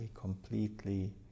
completely